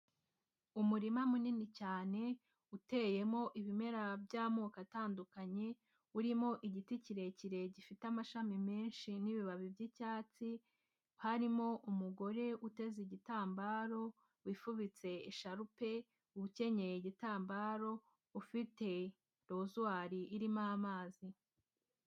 Umurima munini cyane, uteyemo ibimera by'amoko atandukanye, urimo igiti kirekire gifite amashami menshi n'ibibabi by'icyatsi, harimo umugore uteze igitambaro, wifubitse isharupe, ukenyeye igitambaro, ufite rozwari irimo amazi.